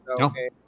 okay